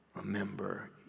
remember